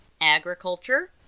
Agriculture